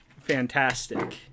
fantastic